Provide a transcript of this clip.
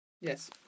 Yes